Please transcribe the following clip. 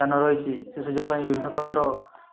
ଯାନ ରହିଛି ପାଇଁ ବିଭିନ୍ନ ପ୍ରକାର